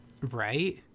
Right